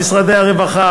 למשרד הרווחה,